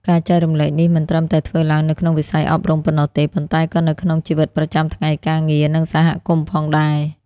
ការចែករំលែកនេះមិនត្រឹមតែធ្វើឡើងនៅក្នុងវិស័យអប់រំប៉ុណ្ណោះទេ ប៉ុន្តែក៏នៅក្នុងជីវិតប្រចាំថ្ងៃ ការងារ និងសហគមន៍ផងដែរ។